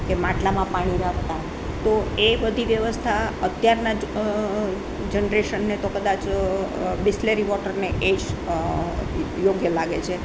કે માટલામાં પાણી રાખતા તો એ બધી વ્યવસ્થા અત્યારની જ જનરેશનને તો કદાચ બિસલેરી વૉટરને એ જ યોગ્ય લાગે છે